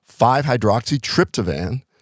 5-hydroxytryptophan